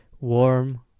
warm